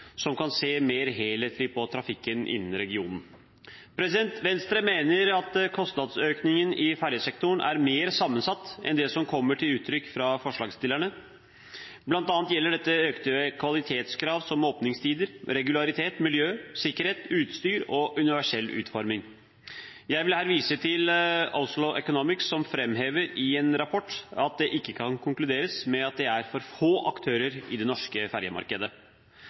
som kan se mer helhetlig på trafikken innen regionen. Venstre mener at kostnadsøkningene i fergesektoren er mer sammensatt enn det som kommer til uttrykk fra forslagsstillerne. Blant annet gjelder dette økte kvalitetskrav som åpningstider, regularitet, miljø, sikkerhet, utstyr og universell utforming. Jeg vil her vise til Oslo Economics som framhever i en rapport at det ikke kan konkluderes med at det er for få aktører i det norske